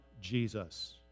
Jesus